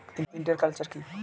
Inter culture কি?